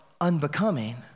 unbecoming